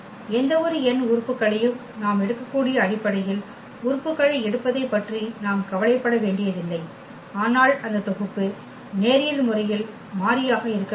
எந்தவொரு n உறுப்புகளையும் நாம் எடுக்கக்கூடிய அடிப்படையில் உறுப்புகளை எடுப்பதைப் பற்றி நாம் கவலைப்பட வேண்டியதில்லை ஆனால் அந்த தொகுப்பு நேரியல் முறையில் மாறியாக இருக்க வேண்டும்